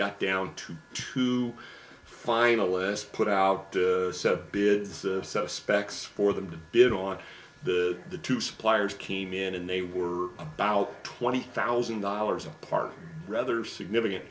got down to two finalists put out a bid specs for them to bid on the the two suppliers came in and they were about twenty thousand dollars apart rather significant